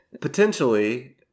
potentially